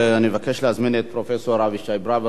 אני מבקש להזמין את פרופסור אבישי ברוורמן,